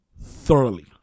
thoroughly